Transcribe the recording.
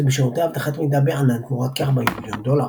בשירותי אבטחת מידע בענן תמורת כ-40 מיליון דולר.